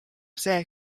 see